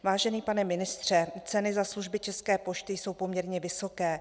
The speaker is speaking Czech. Vážený pane ministře, ceny za služby České pošty jsou poměrně vysoké.